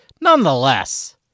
nonetheless